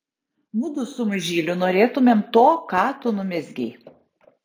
mudu su mažyliu norėtumėm to ką tu numezgei